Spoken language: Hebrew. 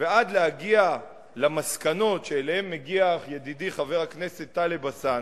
ועד להגיע למסקנות שאליהן מגיע ידידי חבר הכנסת טלב אלסאנע,